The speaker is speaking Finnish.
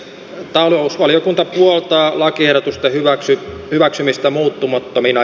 talousvaliokunta puoltaa lakiehdotusten hyväksymistä muuttamattomina